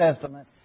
Testament